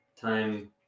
time